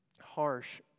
harsh